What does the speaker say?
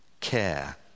care